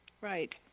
Right